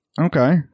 okay